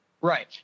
Right